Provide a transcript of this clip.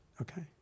Okay